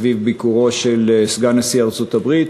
בזמן ביקורו של סגן נשיא ארצות-הברית,